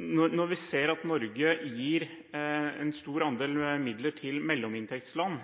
Norge gir en stor andel midler til mellominntektsland